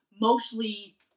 mostly